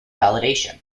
validation